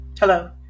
Hello